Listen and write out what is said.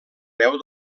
veu